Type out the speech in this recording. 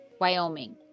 Wyoming